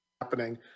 Happening